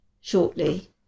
shortly